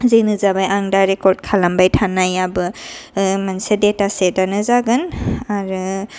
जोङो जाबाय आं दा रेकर्ड खालामबाय थानायाबो मोनसे डेटा चेटयानो जागोन आरो